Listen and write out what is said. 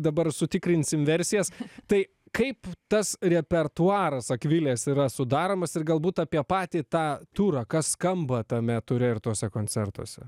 dabar sutikrinsim versijas tai kaip tas repertuaras akvilės yra sudaromas ir galbūt apie patį tą turą kas skamba tame ture ir tuose koncertuose